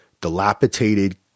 dilapidated